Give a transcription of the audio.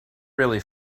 really